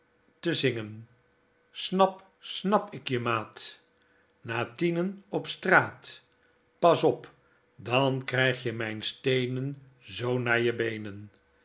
te zingen snap snap ik je maat na tieneu op straat pas op i dan krijg je mijn steenen zoo naar je beenen